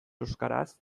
euskaraz